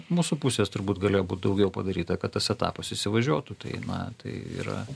mūsų pusės turbūt galėjo būt daugiau padaryta kad tas etapas įsivažiuotų tai na tai yra